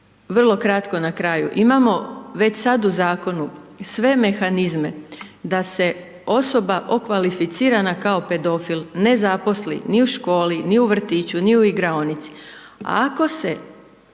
Vrlo kratko na kraju, imamo već sada u Zakonu sve mehanizme da se osoba okvalificirana kao pedofil ne zaposli ni u školi, ni u vrtiću, ni u igraonici.